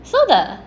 so the